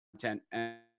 content